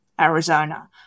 Arizona